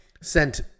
sent